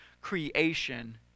creation